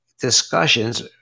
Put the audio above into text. discussions